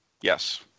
Yes